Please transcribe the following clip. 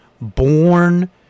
born